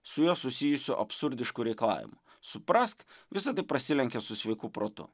su juo susijusių absurdiškų reikalavimų suprask visa tai prasilenkia su sveiku protu